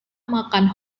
makan